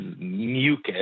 mucus